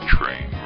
Train